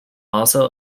also